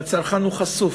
והצרכן הוא חשוף.